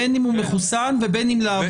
בין אם הוא מחוסן ובין אם לאו.